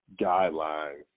guidelines